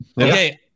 Okay